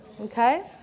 Okay